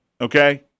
Okay